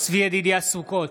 צבי ידידיה סוכות,